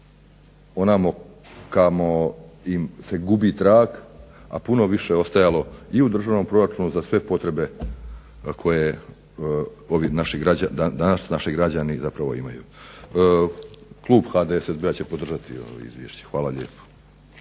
onamo kamo im se gubi trag, a puno više ostajalo i u državnom proračunu za sve potrebe ovi danas naši građani zapravo imaju. Klub HDSSB-a će podržati ovo izvješće. Hvala lijepo.